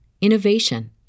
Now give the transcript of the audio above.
innovation